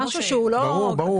ברור.